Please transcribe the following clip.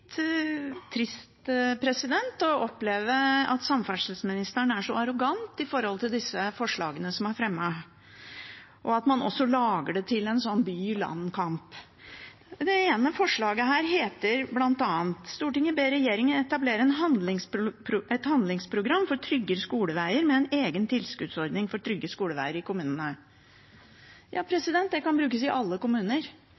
trist å oppleve at samferdselsministeren er så arrogant med tanke på disse forslagene som er fremmet, og at man også lager det til en by–land-kamp. I det ene forslaget her heter det: «Stortinget ber regjeringen etablere et handlingsprogram for trygge skoleveier med en egen tilskuddsordning for trygge skoleveier i